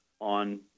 on